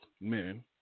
men